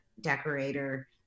decorator